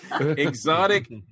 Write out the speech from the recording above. Exotic